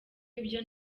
ibyo